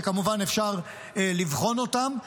שכמובן אפשר לבחון אותם,